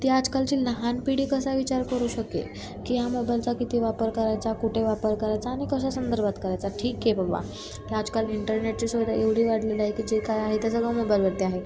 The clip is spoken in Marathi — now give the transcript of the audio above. ती आजकालची लहान पिढी कसा विचार करू शकेल की हा मोबाईलचा किती वापर करायचा कुठे वापर करायचा आणि कशा संदर्भात करायचा ठीक आहे बाबा ते आजकाल इंटरनेटची सुविधा एवढी वाढलेली आहे की जे काय आहे ते सगळं मोबाईलवरती आहे